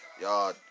Y'all